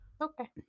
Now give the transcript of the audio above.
Okay